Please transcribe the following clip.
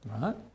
Right